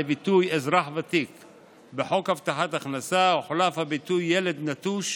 בביטוי "אזרח ותיק"; בחוק הבטחת הכנסה הוחלף הביטוי "ילד נטוש"